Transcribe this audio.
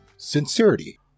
Sincerity